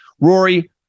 Rory